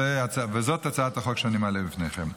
זאת הצעת החוק שאני מעלה בפניכם.